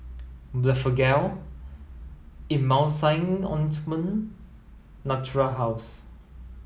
Blephagel Emulsying Ointment Natura House